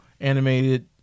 animated